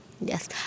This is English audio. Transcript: Yes